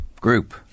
group